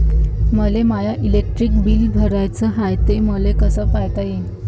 मले my electric bill भराचं हाय, ते मले कस पायता येईन?